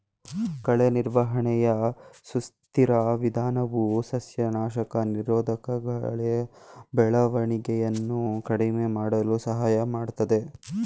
ಕಳೆ ನಿರ್ವಹಣೆಯ ಸುಸ್ಥಿರ ವಿಧಾನವು ಸಸ್ಯನಾಶಕ ನಿರೋಧಕಕಳೆ ಬೆಳವಣಿಗೆಯನ್ನು ಕಡಿಮೆ ಮಾಡಲು ಸಹಾಯ ಮಾಡ್ತದೆ